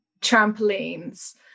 trampolines